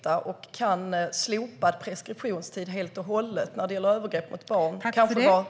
Kan en helt och hållet slopad preskriptionstid när det gäller övergrepp mot barn kanske vara en idé?